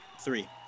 three